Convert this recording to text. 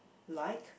like